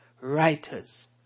writers